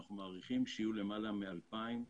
ואנחנו מעריכים שיהיו למעלה מ-2,000.